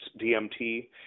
DMT